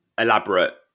elaborate